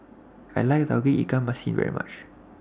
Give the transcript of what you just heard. I like Tauge Ikan Masin very much